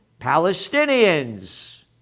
Palestinians